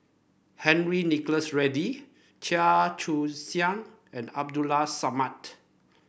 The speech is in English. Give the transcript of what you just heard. Henry Nicholas Ridley Chia Choo Suan and Abdulla Samad